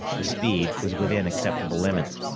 the speed was within acceptable limits.